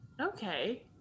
Okay